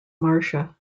marcia